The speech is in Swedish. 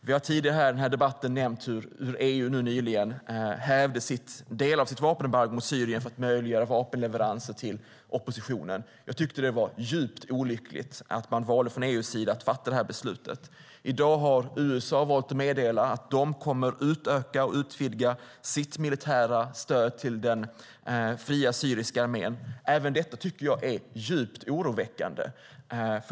Vi har tidigare i debatten nämnt hur EU nyligen hävde en del av sitt vapenembargo mot Syrien för att möjliggöra vapenleveranser till oppositionen. Jag tycker att det var djupt olyckligt att man från EU:s sida valde att fatta detta beslut. I dag har USA valt att meddela att de kommer att utöka och utvidga sitt militära stöd till den fria syriska armén. Även detta tycker jag är djupt oroväckande.